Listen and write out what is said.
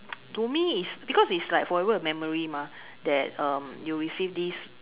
to me is because it's like forever a memory that um you receive this